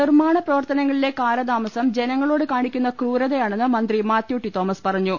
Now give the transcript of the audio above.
നിർമ്മാണ പ്രവർത്തനങ്ങളിലെ കാലതാമസം ജനങ്ങളോട് കാണിക്കുന്ന ക്രൂരതയാണെന്ന് മന്ത്രി മാത്യു ടി തോമസ് പറഞ്ഞു